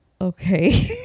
okay